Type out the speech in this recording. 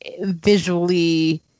visually